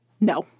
No